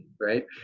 right